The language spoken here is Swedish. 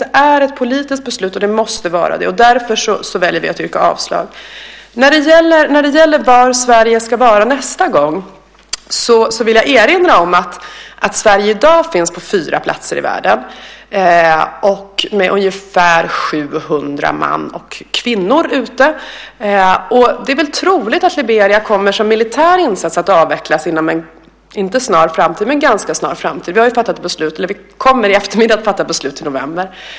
Det är ett politiskt beslut och måste vara det, och därför väljer vi att yrka avslag. När det gäller var Sverige ska vara nästa gång vill jag erinra om att Sverige i dag finns på fyra platser i världen. Vi har ungefär 700 män och kvinnor ute. Det är väl troligt att missionen i Liberia som militär insats kommer att avvecklas inom en inte snar men ganska snar framtid. Vi kommer i eftermiddag att fatta beslut om november.